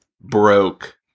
broke